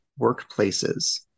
workplaces